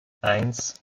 eins